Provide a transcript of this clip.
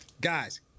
guys